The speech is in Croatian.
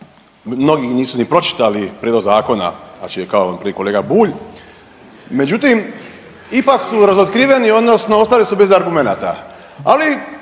mnogi nisu ni pročitali Prijedlog zakona, znači kao kolega Bulj, međutim, ipak su razokriveni, odnosno ostali su bez argumenata, ali